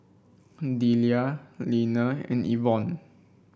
Deliah Leaner and Ivonne